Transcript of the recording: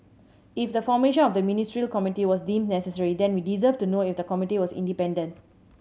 if the formation of the Ministerial Committee was deemed necessary then we deserve to know if the committee was independent